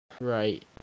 Right